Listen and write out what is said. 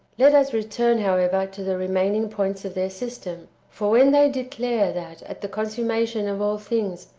let us return, however, to the remaining points of their system. for when they declare that, at the consummation of all things,